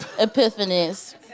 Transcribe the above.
Epiphanies